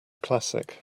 classic